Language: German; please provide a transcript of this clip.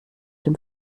dem